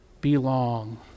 belong